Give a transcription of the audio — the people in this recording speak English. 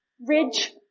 Ridge